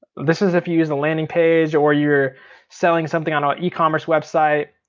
this is if you use the landing page or you're selling something on an ecommerce website.